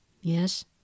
Yes